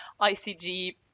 ICG